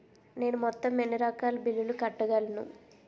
నేను మొత్తం ఎన్ని రకాల బిల్లులు కట్టగలను?